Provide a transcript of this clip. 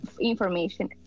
information